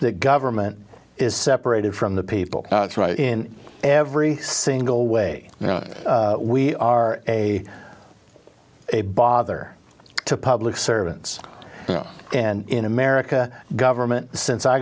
the government is separated from the people in every single way you know we are a bother to public servants and in america government since i